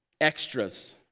extras